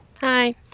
hi